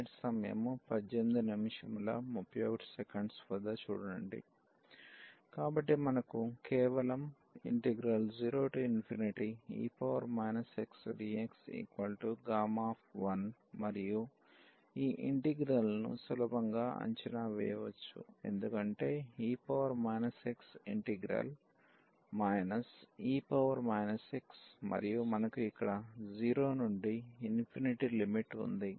కాబట్టి మనకు కేవలం 0e xdx1 మరియు ఈ ఇంటిగ్రల్ ను సులభంగా అంచనా వేయవచ్చు ఎందుకంటే e x ఇంటిగ్రల్ e xమరియు మనకు ఇక్కడ 0 నుండి లిమిట్ ఉంది